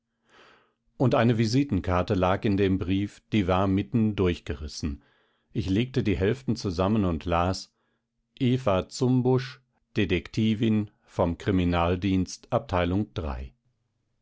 und eine visitenkarte lag in dem brief die war mitten durchgerissen ich legte die hälften zusammen und las eva zumbusch detektivin vom kriminaldienst abt iii